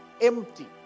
empty